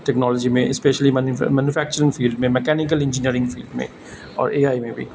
technology میں especially manufacturing field میں mechanical engineering field اور اے آئی میں بھی